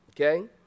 Okay